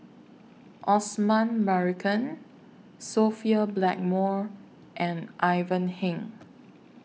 Osman Merican Sophia Blackmore and Ivan Heng